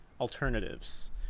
alternatives